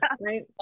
Right